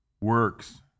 works